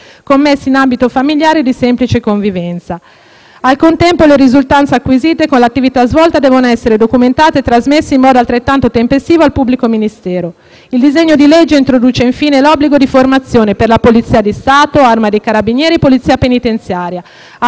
Al contempo le risultanze acquisite con l'attività svolta devono essere documentate e trasmesse in modo altrettanto tempestivo al pubblico ministero, Il disegno di legge introduce infine l'obbligo di formazione per la Polizia di Stato, Arma dei carabinieri e Polizia penitenziaria, attraverso la frequenza di corsi presso specifici istituti,